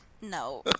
No